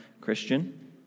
Christian